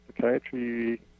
psychiatry